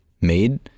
made